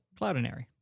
Cloudinary